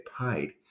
paid